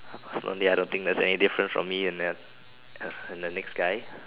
personally I don't think there's any difference for me and then the next guy